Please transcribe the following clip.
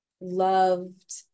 loved